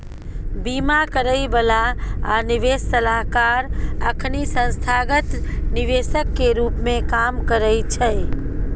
बीमा करइ बला आ निवेश सलाहकार अखनी संस्थागत निवेशक के रूप में काम करइ छै